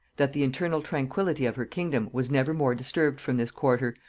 that the internal tranquillity of her kingdom was never more disturbed from this quarter,